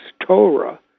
Torah